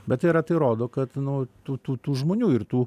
bet yra tai rodo kad nu tų tų tų žmonių ir tų